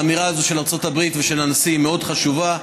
האמירה הזאת של ארצות הברית ושל הנשיא היא מאוד חשובה.